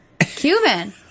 Cuban